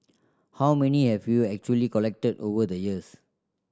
how many have you actually collected over the years